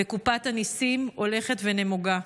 וקופת הניסים הולכת ונמוגה.